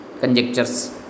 conjectures